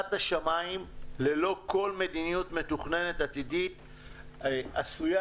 סגירת השמיים ללא כל מדיניות מתוכננת עתידית עשויה,